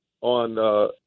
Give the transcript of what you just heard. on